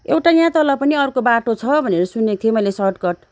एउटा यहाँ तल पनि अर्को बाटो छ भनेर सुनेको थिएँ मैले सर्टकट